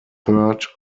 third